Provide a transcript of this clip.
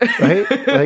right